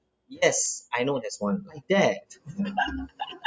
yes I know there's one like that